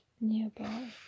nearby